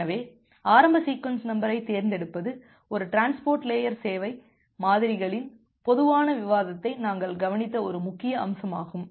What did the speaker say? எனவே ஆரம்ப சீக்வென்ஸ் நம்பரைத் தேர்ந்தெடுப்பது ஒரு டிரான்ஸ்போர்ட் லேயர் சேவை மாதிரிகளின் பொதுவான விவாதத்தை நாங்கள் கவனித்த ஒரு முக்கிய அம்சமாகும்